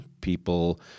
People